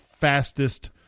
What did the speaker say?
fastest